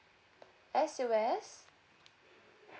S U S